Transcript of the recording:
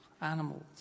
animals